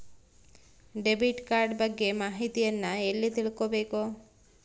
Debit card ಬಗ್ಗೆ ಮಾಹಿತಿಯನ್ನ ಎಲ್ಲಿ ತಿಳ್ಕೊಬೇಕು?